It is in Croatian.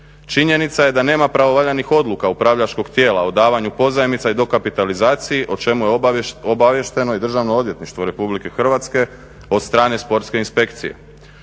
Činjenica je da nema pravovaljanih odluka upravljačkog tijela o davanju pozajmica i dekapitalizaciji o čemu je obaviješteno i Državno odvjetništvo Republike Hrvatske od strane Sportske inspekcije.